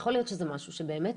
יכול להיות שזה משהו שבאמת